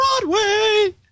Broadway